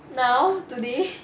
now today